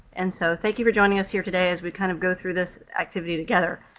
and so thank you for joining us here today as we kind of go through this activity together.